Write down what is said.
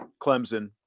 Clemson